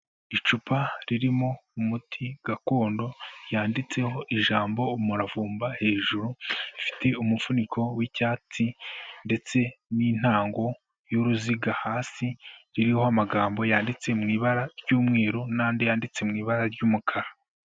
Icupa ririmo umuti gakondo, ryanditseho ijambo umuravumba, hejuru rifite umuvuniko w'icyatsi ndetse n'intango y'uruziga, hasi ririho amagambo yanditse mu ibara ry'umweru n'andi yanditse mu ibara ry'umukara.